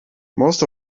most